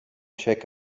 check